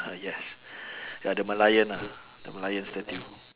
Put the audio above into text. ah yes ya the merlion ah the merlion statue